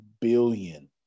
billion